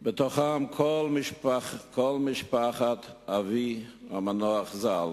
בתוכן כל משפחת אבי המנוח ז"ל,